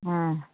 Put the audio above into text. हाँ